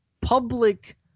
public